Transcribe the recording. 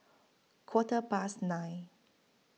Quarter Past nine